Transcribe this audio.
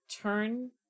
turn